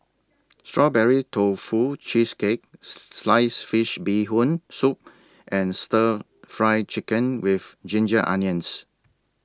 Strawberry Tofu Cheesecake Sliced Fish Bee Hoon Soup and Stir Fry Chicken with Ginger Onions